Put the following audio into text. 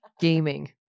gaming